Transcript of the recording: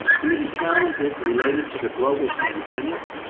like due to challenges related to the global pandemic,